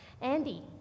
Andy